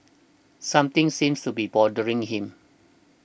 something seems to be bothering him